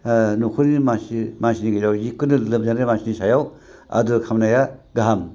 न'खरनि मानसिनि गेजेराव जिखुनु लोमजानाय मानसिनि सायाव आदोर खालामनाया गाहाम